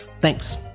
Thanks